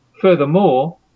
Furthermore